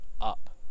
up